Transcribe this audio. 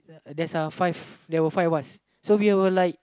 there's a five there were five of us so we were like